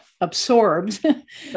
absorbed